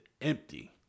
empty